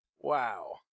Wow